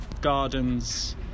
gardens